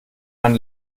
man